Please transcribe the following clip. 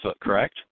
correct